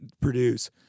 produce